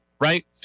right